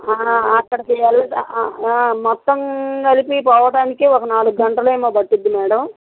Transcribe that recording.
అక్కడికి వెళ్ళడం మొత్తం కలిపి పోవడానికి ఒక నాలుగు గంటలు ఏమో పడుతుంది మ్యాడమ్